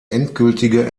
endgültige